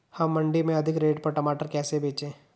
हम मंडी में अधिक रेट पर टमाटर कैसे बेचें?